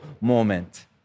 moment